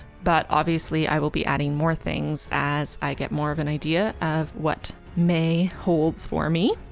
but obviously i will be adding more things as i get more of an idea of what may holds for me.